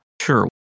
Sure